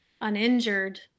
uninjured